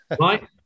right